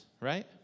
right